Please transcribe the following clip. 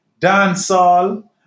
dancehall